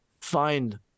find